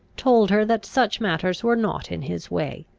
told her that such matters were not in his way.